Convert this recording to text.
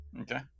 Okay